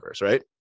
right